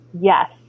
yes